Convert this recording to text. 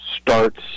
starts